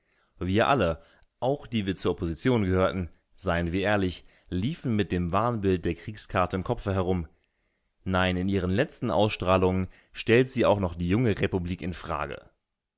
wir alle auch die wir zur opposition gehörten seien wir ehrlich liefen mit dem wahnbild der kriegskarte im kopfe herum nein in ihren letzten ausstrahlungen stellt sie auch noch die junge republik in frage